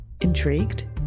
Intrigued